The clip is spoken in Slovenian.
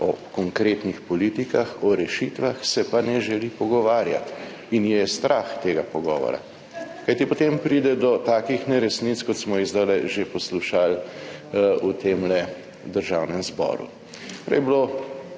o konkretnih politikah, o rešitvah se pa ne želi pogovarjati in jo je strah tega pogovora. Kajti, potem pride do takih neresnic, kot smo jih sedaj že poslušali v tem Državnem zboru.